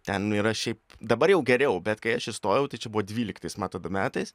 ten nu yra šiaip dabar jau geriau bet kai aš įstojau tai čia buvo dvyliktais man atrodo metais